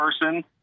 person